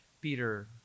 Peter